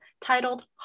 titled